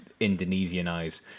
Indonesianize